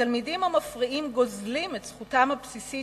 התלמידים המפריעים גוזלים את זכותם הבסיסית